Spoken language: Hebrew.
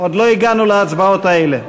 עוד לא הגענו להצבעות האלה.